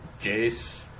Jace